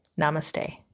Namaste